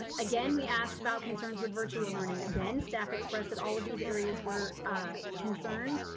and again, we asked about concerns with virtual learning. again, staff expressed that all of these areas were concerns.